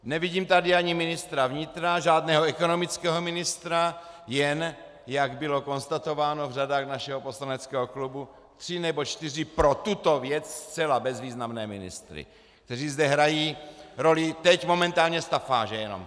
Nevidím tady ani ministra vnitra, žádného ekonomického ministra, jen, jak bylo konstatováno v řadách našeho poslaneckého klubu, tři nebo čtyři pro tuto věc zcela bezvýznamné ministry, kteří zde hrají roli teď momentálně stafáže jenom.